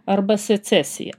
arba secesija